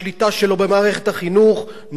נותן לזה לקרות.